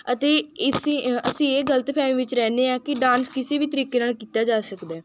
ਅਤੇ ਇਸੇ ਅਸੀਂ ਇਹ ਗਲਤਫ਼ਹਿਮੀ ਵਿੱਚ ਰਹਿੰਦੇ ਹਾਂ ਕਿ ਡਾਂਸ ਕਿਸੇ ਵੀ ਤਰੀਕੇ ਨਾਲ ਕੀਤਾ ਜਾ ਸਕਦਾ ਹੈ